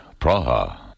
Praha